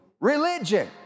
religion